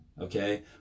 okay